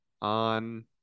on